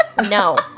No